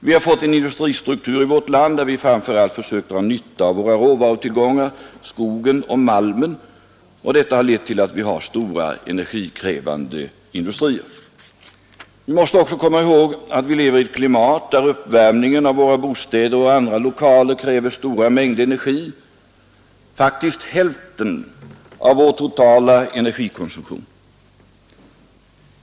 Vi har fått en industristruktur i vårt land, där vi framför allt försökt dra nytta av våra råvarutillgångar, skogen och malmen, och detta har lett till att vi har stora energikrävande industrier. Vi måste också komma ihåg att vi lever i ett klimat där uppvärmningen av våra bostäder och andra lokaler kräver stora mängder energi, faktiskt cirka hälften av vår totala energikonsumtion.